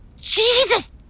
Jesus